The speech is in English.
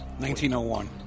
1901